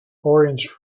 orange